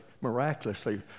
miraculously